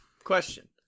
Question